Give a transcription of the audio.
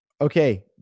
Okay